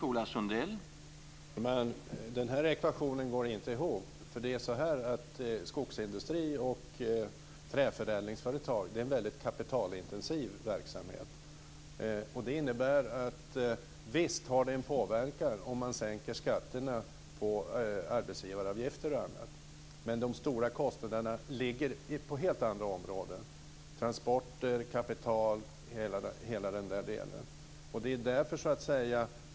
Herr talman! Ekvationen går inte ihop! Skogsindustri och träförädlingsföretag är nämligen en väldigt kapitalintensiv verksamhet. Visst har det en påverkan om man sänker skatterna på arbetsgivaravgifter och annat, men de stora kostnaderna ligger på helt andra områden - transporter, kapital och hela den delen.